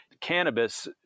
cannabis